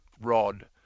rod